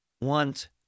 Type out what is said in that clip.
want